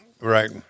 right